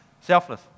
Selfless